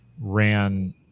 ran